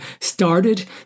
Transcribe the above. started